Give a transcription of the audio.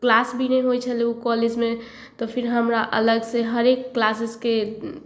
class भी नहि होइ छलै ओ कॉलेजमे तऽ फेर हमरा अलगसे हरेक क्लासेसके